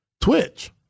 Twitch